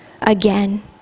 again